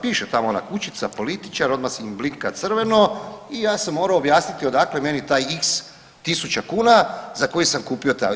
Piše tamo ona kućica, političar, odma im blinka crveno i ja sam morao objasniti odakle meni taj x tisuća kuna za koji sam kupio taj auto.